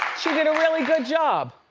she did a really good job.